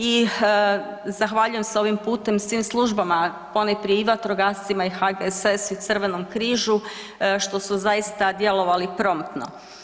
I zahvaljujem se ovim putem svim službama, ponajprije i vatrogascima i HGSS-u i Crvenom križu što su zaista djelovali promptno.